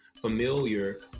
familiar